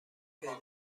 پیدا